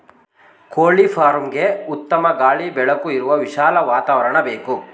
ಕೋಳಿ ಫಾರ್ಮ್ಗೆಗೆ ಉತ್ತಮ ಗಾಳಿ ಬೆಳಕು ಇರುವ ವಿಶಾಲ ವಾತಾವರಣ ಬೇಕು